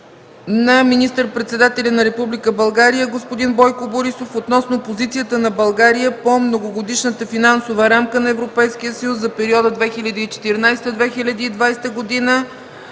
на министър-председателя на Република България господин Бойко Борисов относно позицията на България по Многогодишната финансова рамка на Европейския съюз за периода 2014-2020 г.